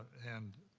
and